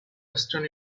western